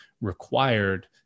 required